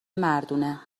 مردونه